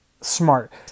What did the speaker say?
smart